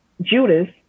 Judas